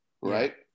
right